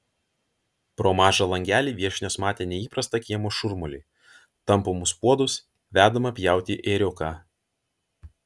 pro mažą langelį viešnios matė neįprastą kiemo šurmulį tampomus puodus vedamą pjauti ėriuką